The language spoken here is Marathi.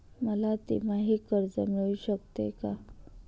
मला तिमाही कर्ज मिळू शकते का?